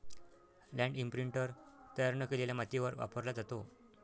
land imprinter तयार न केलेल्या मातीवर वापरला जातो